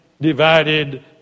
divided